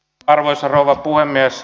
arvoisa rouva puhemies